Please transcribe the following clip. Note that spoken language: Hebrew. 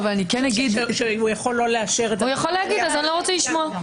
הוא יכול לומר: אז לא רוצה לשמוע.